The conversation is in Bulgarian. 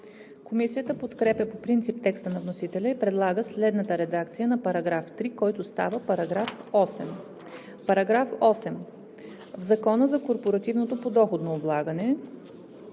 Комисията подкрепя по принцип текста на вносителя и предлага следната редакция на § 3, който става § 8: „§ 8. В Закона за корпоративното подоходно облагане